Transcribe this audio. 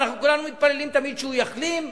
ואנחנו כולנו מתפללים תמיד שהוא יחלים,